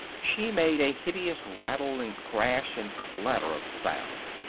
she made a hideous rattle and crash and clatter of sound.